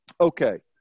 Okay